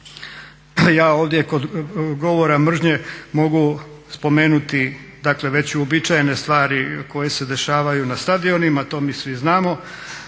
Ja ovdje kod govora mržnje mogu spomenuti dakle već uobičajene stvari koje se dešavaju na stadionima, to mi svi znamo.